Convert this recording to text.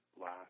last